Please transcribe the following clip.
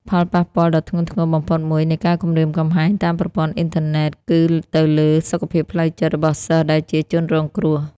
ផលប៉ះពាល់ដ៏ធ្ងន់ធ្ងរបំផុតមួយនៃការគំរាមកំហែងតាមប្រព័ន្ធអ៊ីនធឺណិតគឺទៅលើ សុខភាពផ្លូវចិត្ត របស់សិស្សដែលជាជនរងគ្រោះ។